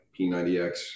P90X